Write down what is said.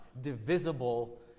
divisible